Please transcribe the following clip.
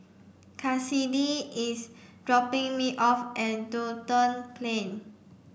Kassidy is dropping me off at Duxton Plain